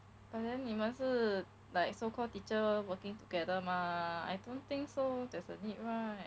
but then 你们是 like so called teacher working together mah I don't think so there's a need right